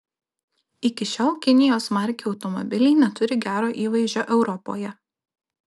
iki šiol kinijos markių automobiliai neturi gero įvaizdžio europoje